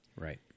Right